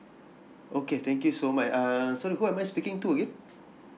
okay thank you so much uh sorry who am I speaking to again